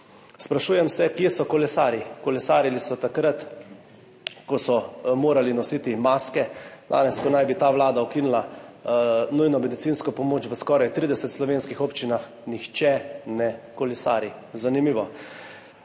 Sprašujem se, kje so kolesarji? Kolesarili so takrat, ko so morali nositi maske, danes, ko naj bi Vlada ukinila nujno medicinsko pomoč v skoraj 30 slovenskih občinah, nihče ne kolesari. Zanimivo.